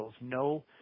no